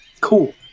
Cool